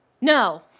No